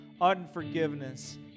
unforgiveness